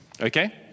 Okay